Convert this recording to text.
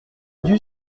dut